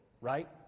right